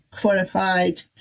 qualified